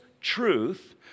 truth